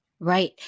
Right